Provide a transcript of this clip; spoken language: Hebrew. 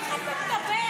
איך אתה מדבר?